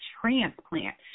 transplant